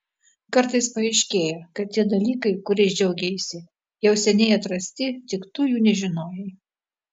kartais paaiškėja kad tie dalykai kuriais džiaugeisi jau seniai atrasti tik tu jų nežinojai